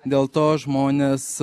dėl to žmonės